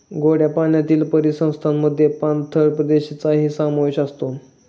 गोड्या पाण्यातील परिसंस्थेमध्ये पाणथळ प्रदेशांचाही समावेश असतो